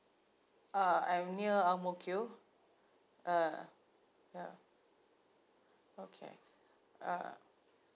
uh I'm near ang mo kio uh yeah okay ah